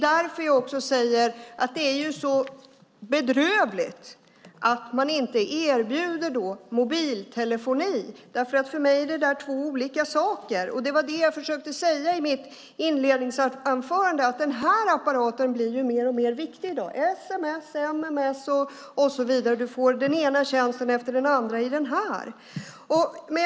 Det är så bedrövligt att man inte erbjuder mobiltelefoni. För mig är det två olika saker. Vad jag försökte säga i mitt inledningsanförande var att mobiltelefonen blir allt viktigare i dag. Här finns sms, mms och så vidare. Man får den ena tjänsten efter den andra i mobilen.